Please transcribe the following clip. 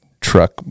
truck